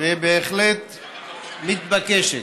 ובהחלט מתבקשת.